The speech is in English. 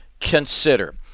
consider